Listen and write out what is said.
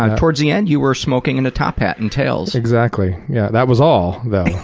ah towards the end you were smoking in a top hat and tails. exactly. yeah that was all, though.